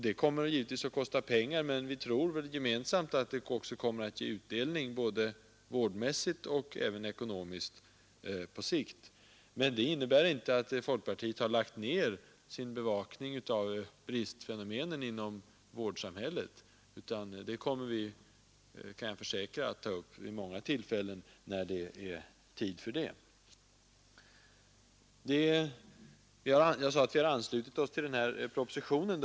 Det kommer givetvis att kosta pengar, men vi tror väl alla att det kommer att ge utdelning både vårdmässigt och även ekonomiskt på sikt. Det innebär emellertid inte att folkpartiet lagt ned sin bevakning av bristfenomenen inom vårdsamhället utan vi kommer — det kan jag försäkra — att återkomma när det blir tid för detta. Jag sade, att vi har anslutit oss till propositionen.